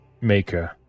maker